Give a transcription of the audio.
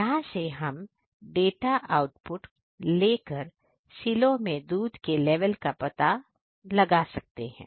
यहां से हम डाटा आउटपुट लेकर सीलो में दूध के लेवल का पता लगा सकते हैं